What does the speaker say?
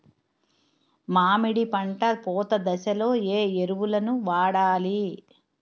మామిడి పంట పూత దశలో ఏ ఎరువులను వాడాలి?